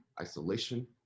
isolation